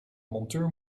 monteur